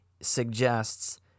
suggests